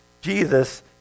Jesus